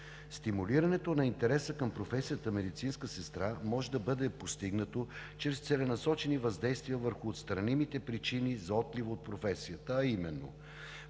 Стимулирането на интереса към професията „медицинска сестра“ може да бъде постигнато чрез целенасочени въздействия върху отстранимите причини за отлив от професията, а именно: